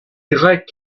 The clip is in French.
grecs